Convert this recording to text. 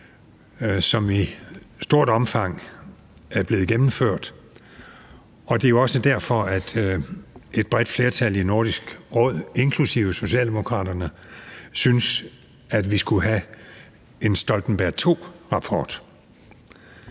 som i stort omfang er blevet gennemført – og det er jo også derfor, at et bredt flertal i Nordisk Råd, inklusive Socialdemokraterne, synes, at vi skulle have en Stoltenberg II-rapport.